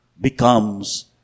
becomes